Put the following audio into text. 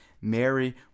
Mary